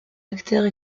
acteurs